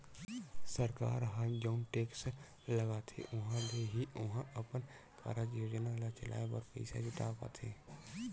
सरकार ह जउन टेक्स लगाथे उहाँ ले ही ओहा अपन कारज योजना ल चलाय बर पइसा जुटाय पाथे